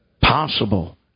possible